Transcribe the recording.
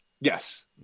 Yes